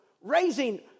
Raising